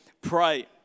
pray